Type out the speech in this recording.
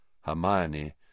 Hermione